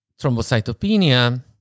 thrombocytopenia